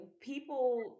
people